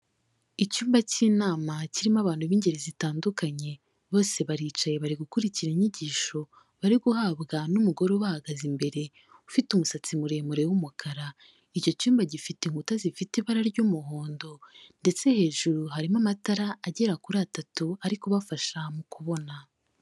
Icyumba cy'inama kirimo abantu b'ingeri zitandukanye, bose baricaye bari gukurikira inyigisho, bari guhabwa n'umugore ubahagaze imbere, ufite umusatsi muremure w'umukara. Icyo cyumba gifite inkuta zifite ibara ry'umuhondo; ndetse hejuru harimo amatara agera kuri atatu, ari kubafasha mu kubona.